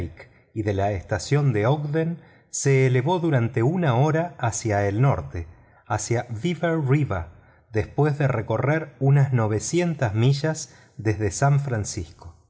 y de la estación de odgen se elevó durante una hora hacia el norte hacia el río veber después de recorrer unas novecientas millas desde san francisco